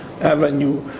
Avenue